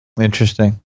interesting